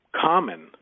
common